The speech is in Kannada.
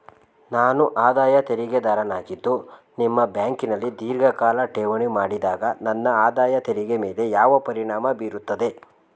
ನಾನು ಆದಾಯ ತೆರಿಗೆದಾರನಾಗಿದ್ದು ನಿಮ್ಮ ಬ್ಯಾಂಕಿನಲ್ಲಿ ಧೀರ್ಘಕಾಲ ಠೇವಣಿ ಮಾಡಿದಾಗ ನನ್ನ ಆದಾಯ ತೆರಿಗೆ ಮೇಲೆ ಯಾವ ಪರಿಣಾಮ ಬೀರುತ್ತದೆ?